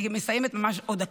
אני מסיימת ממש עוד דקה.